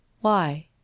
Why